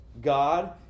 God